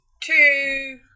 two